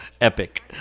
epic